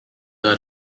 are